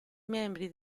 membri